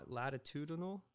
latitudinal